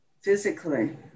physically